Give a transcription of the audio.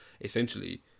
essentially